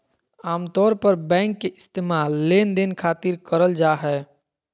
आमतौर पर बैंक के इस्तेमाल लेनदेन खातिर करल जा हय